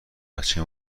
بچه